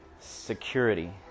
security